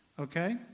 Okay